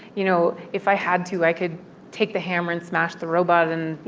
you know, if i had to, i could take the hammer and smash the robot, and, you